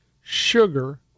sugar